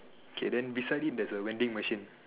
okay then beside it there's a vending machine